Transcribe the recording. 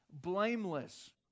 blameless